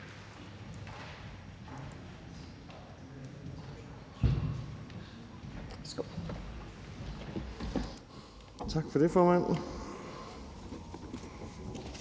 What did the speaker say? Tak for ordet, formand,